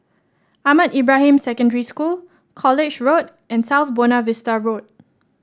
Ahmad Ibrahim Secondary School College Road and South Buona Vista Road